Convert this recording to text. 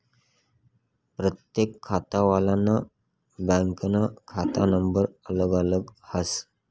परतेक खातावालानं बँकनं खाता नंबर अलग अलग हास